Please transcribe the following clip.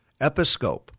episcope